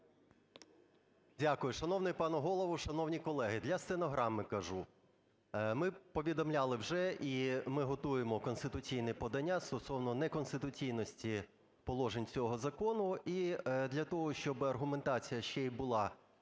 Дякую. Шановний пане Голово, шановні колеги! Для стенограми кажу. Ми повідомляли вже, і ми готуємо конституційне подання стосовно неконституційності положень цього закону і для того, щоби аргументація ще й була